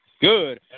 good